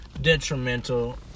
detrimental